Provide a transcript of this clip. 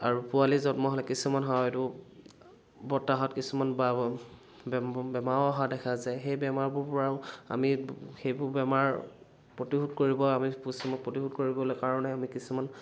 আৰু পোৱালি জন্ম হ'লে কিছুমান হয়তো বতাহত কিছুমান বা বেমাৰো অহা দেখা যায় সেই বেমাৰবোৰৰ পৰাও আমি সেইবোৰ বেমাৰ প্ৰতিশোধ কৰিব আমি প্ৰতিশোধ কৰিবৰ কাৰণে আমি কিছুমান